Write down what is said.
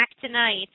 tonight